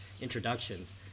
introductions